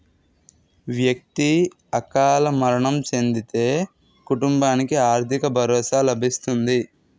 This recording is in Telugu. వ్యక్తి అకాల మరణం చెందితే కుటుంబానికి ఆర్థిక భరోసా లభిస్తుంది